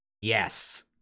Yes